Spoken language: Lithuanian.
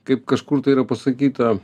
kaip kažkur tai yra pasakyta